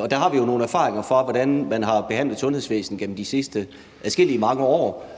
og der har vi jo nogle erfaringer for, hvordan man har behandlet sundhedsvæsenet gennem de sidste adskillige mange år,